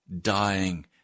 dying